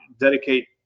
dedicate